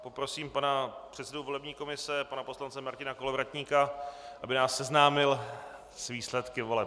Poprosím pana předsedu volební komise pana poslance Martina Kolovratníka, aby nás seznámil s výsledky voleb.